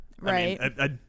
right